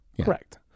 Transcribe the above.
Correct